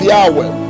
Yahweh